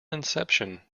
inception